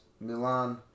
Milan